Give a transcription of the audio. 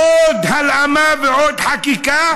עוד הלאמה ועוד חקיקה